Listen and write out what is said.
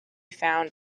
found